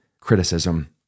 criticism